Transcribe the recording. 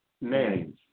Names